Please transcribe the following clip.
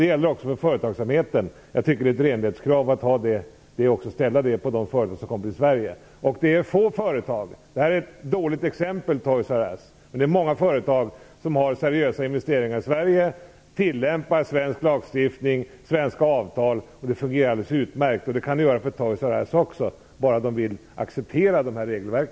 Det gäller också för företagsamheten. Jag tycker alltså att det är ett renlighetskrav att begära detsamma av de företag som kommer till Sverige. Toys R Us är ett dåligt exempel, men det finns många företag som har gjort seriösa investeringar i Sverige och som tillämpar svensk lagstiftning och svenska avtal. Det fungerar alldeles utmärkt, och det kan det göra också på Toys R Us, bara man vill acceptera vårt regelverk.